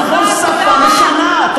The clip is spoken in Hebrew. נכון, שפה משנה.